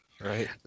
Right